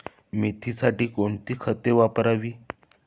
मेथीसाठी कोणती खते वापरावी?